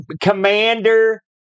Commander